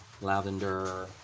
lavender